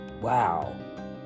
wow